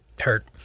hurt